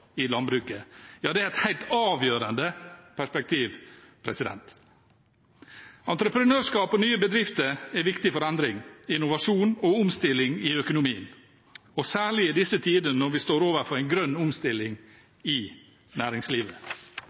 i landbruket. Ja, det er et helt avgjørende perspektiv. Entreprenørskap og nye bedrifter er viktig for endring, innovasjon og omstilling i økonomien og særlig i disse tider, når vi står overfor en grønn omstilling i næringslivet.